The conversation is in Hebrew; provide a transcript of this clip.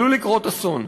עלול לקרות אסון.